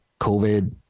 COVID